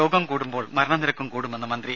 രോഗം കൂടുമ്പോൾ മരണ നിരക്കും കൂടുമെന്ന് മന്ത്രി